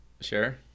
Sure